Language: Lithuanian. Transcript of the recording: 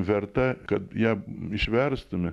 verta kad ją išverstume